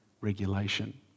regulation